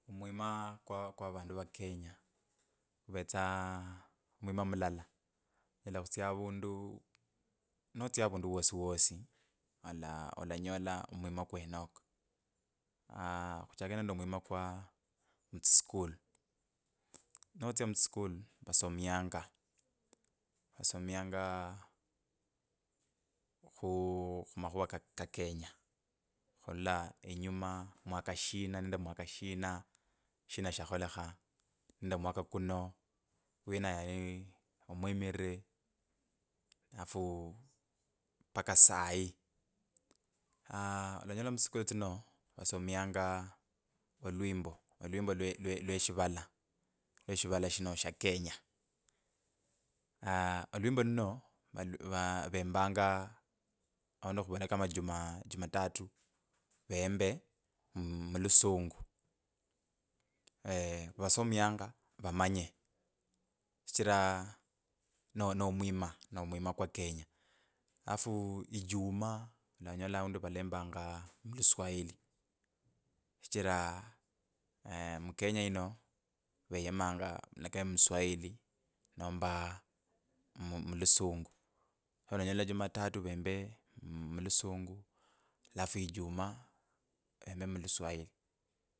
e lilova lwefu liakenya khuvele nende ovutamaduni nende etsinjila tsya kheabala khurula nukhwitsa khushiri khulilova lino khwanyola avermiriri vefu nivakholanga efwe va sayi khulakholanga ne valetsa vosi kenye khuvechesya vamanya vari elilova lwefu lino ovuruchi vyefu nende ovutamaduni vutsanga vuriena. Nolenje efwe kama aah avakenya khuvere nende avatamadumi vukhwanala kama vukhwambasianga alala khuva eshindu shilala mani khumenya nende amani nende etsinjila tsindenyi, shindu shokhuranga nolenjele khuvele nende ovuu omwimiriri ukheongosanga uliomundu omukali sana okhuva omwimiriri no mundu ukenya vakhwelesie heshima ne kenye wesi khandi wane heshima khuvandu ova nolarukanga nolengele khuva mwimiriri onyolanga uvele etaifa yalakhutegemeyanga wane omwongoso khushindu fulani ocherere avandu ori eshindu fulani funo okhachesie oshukulikie amahitaji ka avandu.